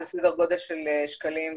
סדר גודל של שקלים בודדים.